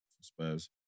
Spurs